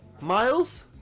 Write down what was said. Miles